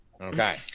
Okay